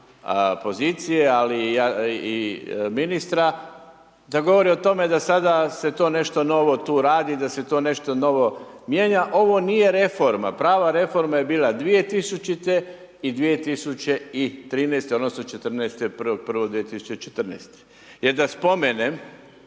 pozicije, ali i ministra da govori o tome da sada se to nešto novo tu radi, da se to nešto novo mijenja, ovo nije reforma, prava reforma je bila 2000. i 2013., odnosno 1.1.2014. jer da spomenem.